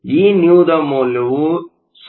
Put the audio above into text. Vnew ದ ಮೌಲ್ಯವು 0